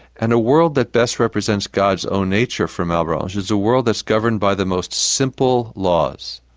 and a world that best represents god's own nature for malebranche, is a world that's governed by the most simple laws.